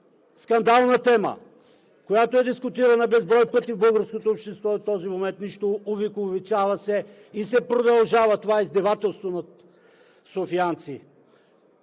скандална тема, която е дискутирана безброй пъти в българското общество и до този момент нищо. Увековечава се и се продължава това издевателство над софиянци.